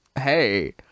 hey